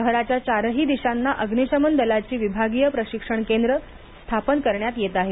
शहराच्या चारही दिशांना अग्निशमन दलाची विभागीय प्रशिक्षण केंद्र स्थापन करण्यात येत आहेत